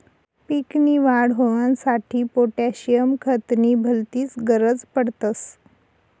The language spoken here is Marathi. पीक नी वाढ होवांसाठी पोटॅशियम खत नी भलतीच गरज पडस